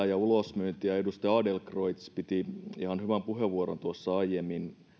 ja ulosmyyntiä edustaja adlercreutz piti ihan hyvän puheenvuoron tuossa aiemmin